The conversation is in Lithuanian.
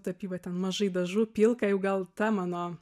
tapyba ten mažai dažų pilka jau gal ta mano